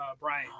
Brian